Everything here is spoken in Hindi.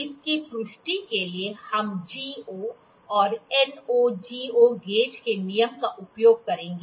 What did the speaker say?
इसकी पुष्टि के लिए हम GOऔर NO GO गेज के नियम का उपयोग करेंगे